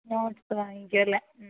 notes വാങ്ങിക്കും അല്ലേ